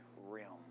realm